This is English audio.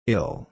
Ill